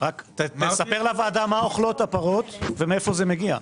תספר לוועדה מה אוכלות הפרות ומאיפה זה מגיע.